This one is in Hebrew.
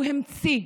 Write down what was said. הוא המציא.